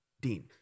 Dean